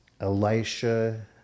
Elisha